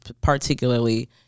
particularly